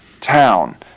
town